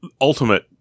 ultimate